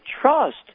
trust